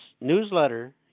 newsletter